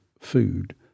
food